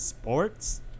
sports